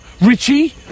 Richie